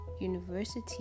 university